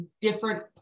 different